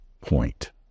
point